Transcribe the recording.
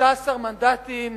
15 מנדטים